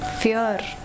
Fear